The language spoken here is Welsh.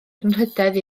anrhydedd